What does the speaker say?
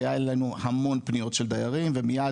היה לנו המון פניות של דיירים ומיד